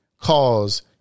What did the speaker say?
cause